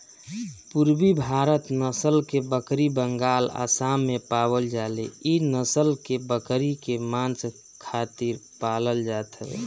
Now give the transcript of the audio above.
पुरबी भारत नसल के बकरी बंगाल, आसाम में पावल जाले इ नसल के बकरी के मांस खातिर पालल जात हवे